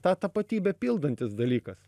tą tapatybę pildantis dalykas